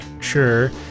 sure